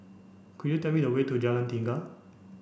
could you tell me the way to Jalan Tiga